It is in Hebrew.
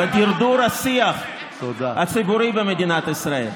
בדרדור השיח הציבורי במדינת ישראל,